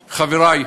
חברי,